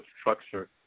structure